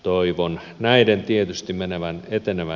toivon näiden tietysti etenevän eteenpäin